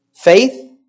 faith